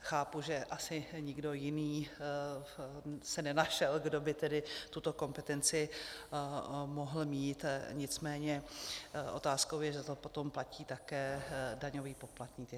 Chápu, že asi nikdo jiný se nenašel, kdo by tedy tuto kompetenci mohl mít, nicméně otázkou je, že to potom platí také daňový poplatník.